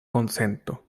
konsento